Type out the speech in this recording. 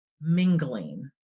mingling